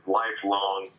lifelong